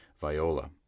viola